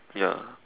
ya